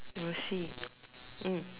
we'll see mm